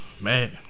man